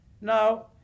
Now